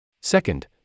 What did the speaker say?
Second